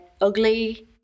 ugly